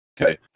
Okay